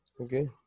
Okay